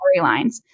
storylines